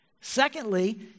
Secondly